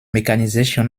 mechanization